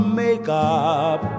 makeup